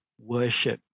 worship